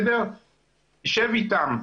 יישב איתם,